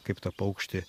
kaip tą paukštį